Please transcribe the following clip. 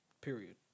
Period